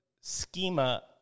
schema